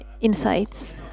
insights